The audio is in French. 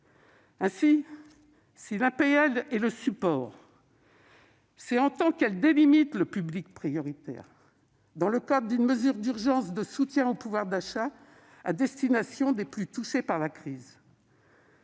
Si les APL sont le support, c'est parce qu'elles délimitent le public prioritaire dans le cadre d'une mesure d'urgence de soutien au pouvoir d'achat à destination des plus touchés par la crise.